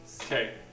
Okay